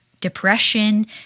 Depression